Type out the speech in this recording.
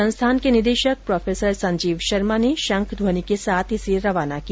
संस्थान के निदेशक प्रो संजीव शर्मा ने शंख ध्यनि के साथ इसे रवाना किया